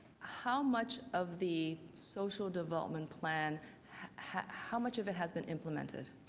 how much of the social development plan how how much of it has been implemented?